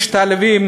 משתלבים